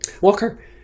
Walker